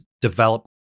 develop